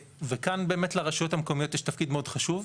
וכאן באמת לרשויות המקומיות יש תפקיד מאוד חשוב.